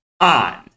on